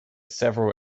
several